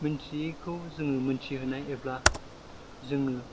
मिनथियैखौ जों मिनथिहोनाय एबा जों